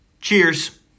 Cheers